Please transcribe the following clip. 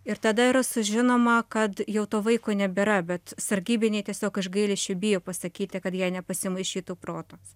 ir tada yra sužinoma kad jau to vaiko nebėra bet sargybiniai tiesiog iš gailesčio bijo pasakyti kad jei nepasimaišytų protas